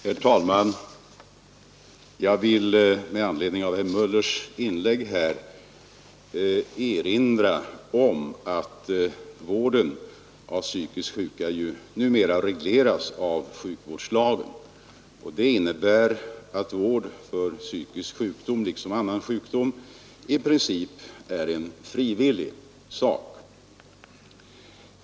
Herr talman! Med anledning av herr Möllers inlägg vill jag erinra om att vården av psykiskt sjuka numera regleras i sjukvårdslagen. Det innebär att vård för psykisk sjukdom liksom annan sjukdom i princip är en frivillig sak.